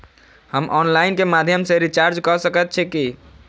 हम ऑनलाइन केँ माध्यम सँ रिचार्ज कऽ सकैत छी की?